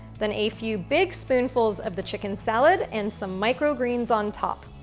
then a few big spoonfuls of the chicken salad, and some micro-greens on top.